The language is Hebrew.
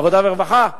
עבודה ורווחה?